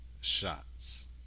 shots